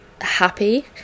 happy